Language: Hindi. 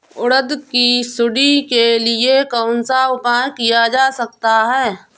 उड़द की सुंडी के लिए कौन सा उपाय किया जा सकता है?